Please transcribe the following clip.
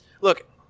look